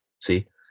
See